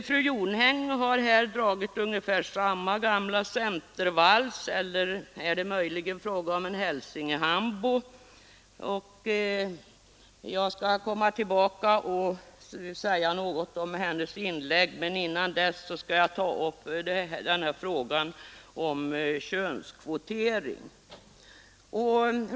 Fru Jonäng har här dragit ungefär samma gamla centervals som vanligt — eller är det möjligtvis fråga om en Hälsingehambo? Jag skall komma tillbaka till hennes inlägg, men dessförinnan vill jag ta upp frågan om könskvotering.